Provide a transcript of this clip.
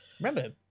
Remember